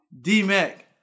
D-Mac